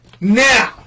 Now